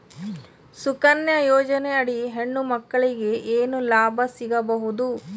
ಸುಕನ್ಯಾ ಯೋಜನೆ ಅಡಿ ಹೆಣ್ಣು ಮಕ್ಕಳಿಗೆ ಏನ ಲಾಭ ಸಿಗಬಹುದು?